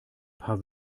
paar